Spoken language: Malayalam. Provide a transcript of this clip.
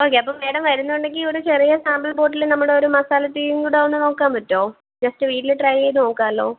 ഓക്കെ അപ്പം മേഡം വരുന്നുണ്ടെങ്കിൽ ഒരു ചെറിയ സാമ്പിൾ ബോട്ടിൽ നമ്മുടെ ഒരു മസാല ടീയും കൂടി ഒന്നു നോക്കാൻ പറ്റുമോ ജസ്റ്റ് വീട്ടിൽ ട്രൈ ചെയ്ത് നോക്കാമല്ലോ